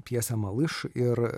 pjesė malyš ir